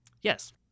Yes